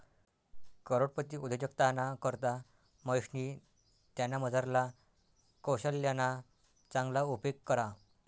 करोडपती उद्योजकताना करता महेशनी त्यानामझारला कोशल्यना चांगला उपेग करा